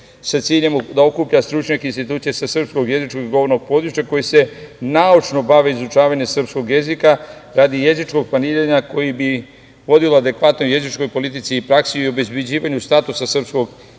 sa ciljem da okuplja stručnjake institucija sa srpskog jezičkog i govornog područja koji se naučno bave izučavanje srpskog jezika radi jezičkog planiranja koji bi vodila adekvatnoj jezičkog politici i praksi i obezbeđivanju statusa srpskog